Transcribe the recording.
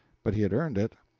but he had earned it.